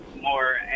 more